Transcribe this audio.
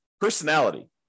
personality